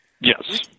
Yes